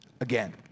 Again